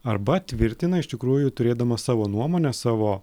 arba tvirtina iš tikrųjų turėdamas savo nuomonę savo